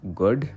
good